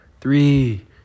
three